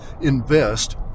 invest